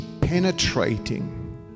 penetrating